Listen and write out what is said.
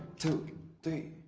to the